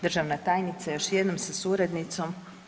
Državna tajnice još jednom sa suradnicom.